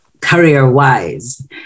career-wise